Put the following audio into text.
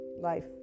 life